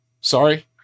Sorry